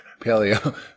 paleo